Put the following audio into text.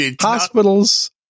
Hospitals